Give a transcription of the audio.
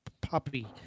puppy